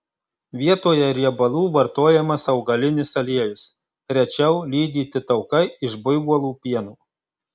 vietoje riebalų vartojamas augalinis aliejus rečiau lydyti taukai iš buivolų pieno